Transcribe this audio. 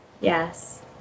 Yes